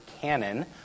canon